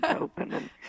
open